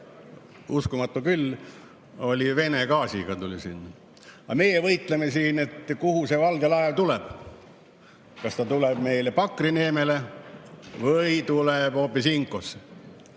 uskumatu küll, oli Vene gaasiga. Aga meie võitleme siin, et kuhu see valge laev tuleb, kas ta tuleb meile Pakri neemele või tuleb hoopis Inkoosse.